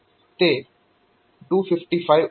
તે 255 256 મળશે